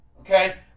okay